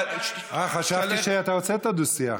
אה, חשבתי שאתה רוצה את הדו-שיח.